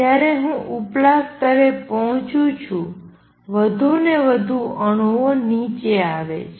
જ્યારે હું ઉપલા સ્તરે પહોંચું છું વધુને વધુ અણુઓ નીચે આવે છે